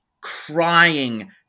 crying